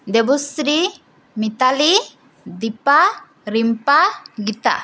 Debashree Mitali Dipa Rimpa Gita